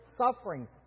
sufferings